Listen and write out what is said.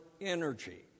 energy